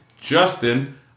Justin